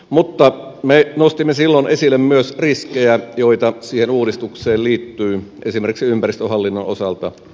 mutta me nostimme silloin esille myös riskejä joita siihen uudistukseen liittyy esimerkiksi ympäristöhallinnon osalta